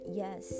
yes